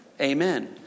Amen